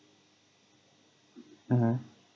mmhmm